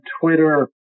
Twitter